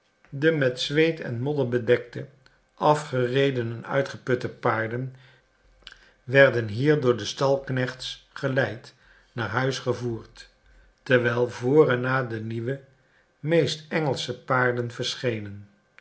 de met zweet en modder bedekte afgereden en uitgeputte paarden werden hier door de stalknechts geleid naar huis gevoerd terwijl voor en na de nieuwe meest engelsche paarden verschenen